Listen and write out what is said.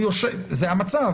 זה המצב.